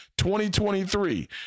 2023